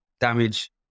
damage